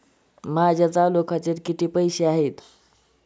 माझ्या चालू खात्यात किती पैसे आहेत?